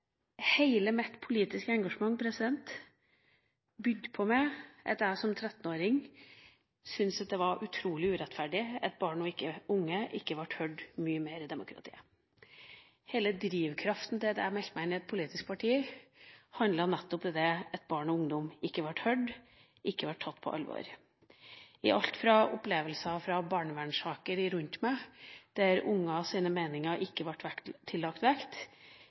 mitt politiske engasjement begynte med at jeg som 13-åring syntes det var utrolig urettferdig at barn og unge ikke ble hørt mye mer i demokratiet. Hele drivkraften for at jeg meldte meg inn i et politisk parti, handlet nettopp om at barn og ungdom ikke ble hørt, ikke ble tatt på alvor – alt fra opplevelser rundt meg i barnevernssaker, der ungers meninger ikke ble tillagt vekt,